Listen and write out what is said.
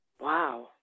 Wow